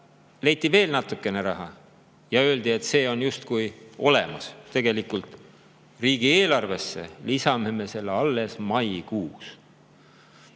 leiti veel natukene raha ja öeldi, et see on justkui olemas. Tegelikult riigieelarvesse lisame me selle alles maikuus.